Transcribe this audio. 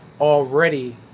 already